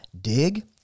Dig